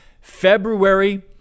February